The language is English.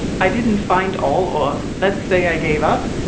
i didn't find all or let's say i gave up.